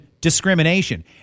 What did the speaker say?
discrimination